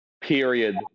period